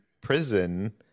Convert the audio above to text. prison